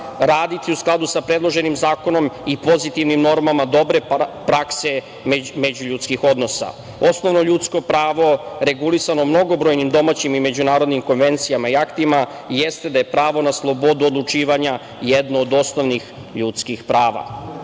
raditi u skladu sa predloženim zakonom i pozitivnim normama dobre prakse međuljudskih odnosa. Osnovno ljudsko pravo regulisano mnogobrojnim domaćim i međunarodnim konvencijama i aktima jeste da je pravo na slobodu odlučivanja jedno od osnovnih ljudskih prava.